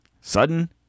Sudden